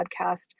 podcast